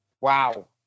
Wow